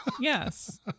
Yes